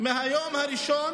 מהיום הראשון